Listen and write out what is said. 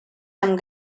amb